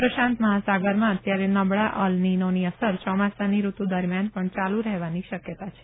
પ્રશાંત મહાસાગરમાં અત્યારે નબળા અલનીનોની અસર ચોમાસાની ઋતુ દરમિયાન ચાલુ રહેવાની શકયતા છે